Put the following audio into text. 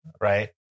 Right